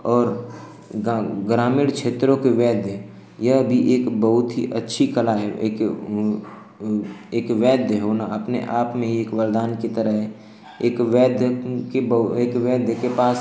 और गांग ग्रामीण क्षेत्रों के वैध्य यह भी एक बहुत ही अच्छी कला है एक एक वैद्य होना अपने आप में ही एक वरदान की तरह है एक वैद्य कि बहु एक वैद्य के पास